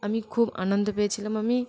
আমি খুব আনন্দ পেয়েছিলাম আমি